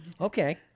Okay